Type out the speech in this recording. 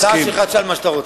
בהצעה שלך תשאל מה שאתה רוצה,